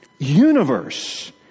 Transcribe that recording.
universe